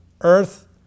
earth